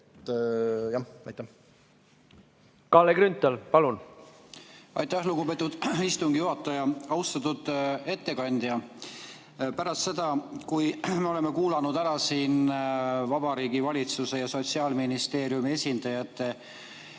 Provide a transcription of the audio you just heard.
palun! Kalle Grünthal, palun! Aitäh, lugupeetud istungi juhataja! Austatud ettekandja! Pärast seda, kui me oleme kuulanud ära siin Vabariigi Valitsuse ja Sotsiaalministeeriumi esindajate